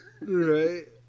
Right